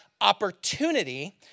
opportunity